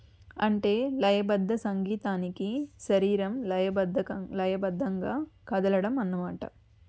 అంటే లయబద్ధ సంగీతానికి శరీరం లయబద్ధకం లయబద్ధంగా కదలడం అన్నమాట